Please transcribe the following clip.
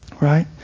right